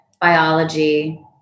biology